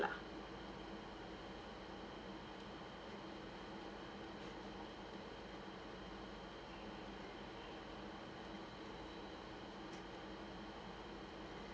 PayLah